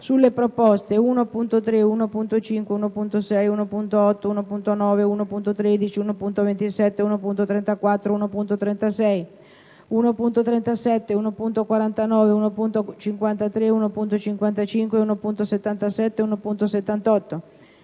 sulle proposte 1.3, 1.5, 1.6, 1.8, 1.9, 1.13, 1.27, 1.34, 1.36, 1.37, 1.49, 1.53, 1.55, 1.77, 1.78,